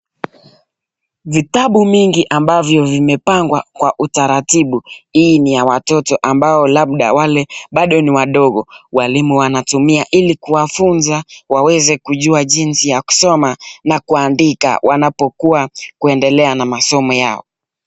Vitabu mingi ambavyo vimepangwa kwa utaratibu hii ni watoto ambao labda wale bado ni wadogo walimu, wanatumia ili kuwafunza waweze kujuwa katika jinsi ya kusoma na kuandika na wanapokuwa kuendelea na masomo yao.